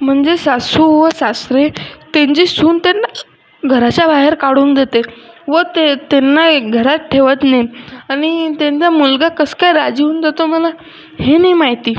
म्हणजे सासू व सासरे त्यांची सून त्यांना घराच्या बाहेर काढून देते व ते त्यांना घरात ठेवत नाही आणि त्यांचा मुलगा कसा काय राजी होऊन जातो मला हे नाही माहिती